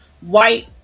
white